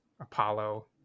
apollo